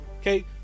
okay